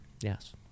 Yes